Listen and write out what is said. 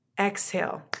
Exhale